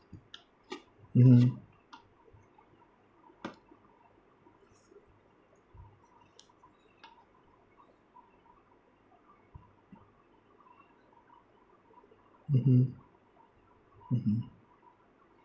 mmhmm mmhmm mmhmm